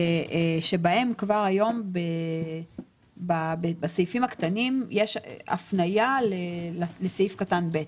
שבהן כבר היום בסעיפים הקטנים יש הפניה לסעיף קטן (ב).